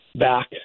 back